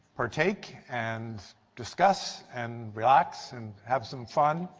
partake and discuss and relax and have some fun.